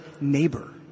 neighbor